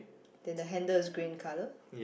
then the handle is green colour